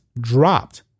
dropped